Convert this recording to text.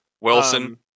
Wilson